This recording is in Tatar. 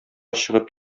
чыгып